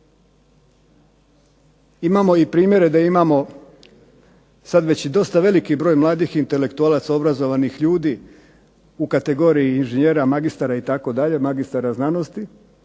Imamo i primjere da imamo sad već i dosta veliki broj mladih intelektualaca, obrazovanih ljudi u kategoriji inženjera, magistara, itd., magistara znanosti